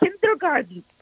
kindergarten